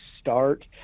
start